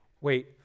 Wait